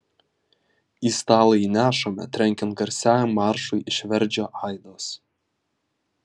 į stalą jį nešame trenkiant garsiajam maršui iš verdžio aidos